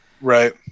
Right